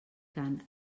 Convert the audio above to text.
cant